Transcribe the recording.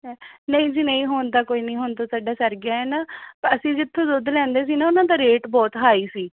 ਨਹੀਂ ਜੀ ਨਹੀਂ ਹੁਣ ਤਾਂ ਕੋਈ ਨੀ ਹੁਣ ਤਾਂ ਸਾਡਾ ਸਰ ਗਿਆ ਏ ਨਾ ਅਸੀਂ ਜਿੱਥੋਂ ਦੁੱਧ ਲੈਂਦੇ ਸੀ ਨਾ ਉਹਨਾਂ ਦਾ ਰੇਟ ਬਹੁਤ ਹਾਈ ਸੀ